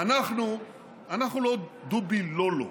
"אנחנו לא דובי לא-לא".